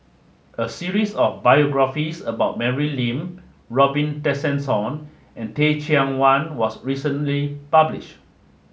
a series of biographies about Mary Lim Robin Tessensohn and Teh Cheang Wan was recently publish